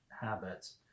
habits